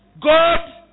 God